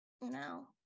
No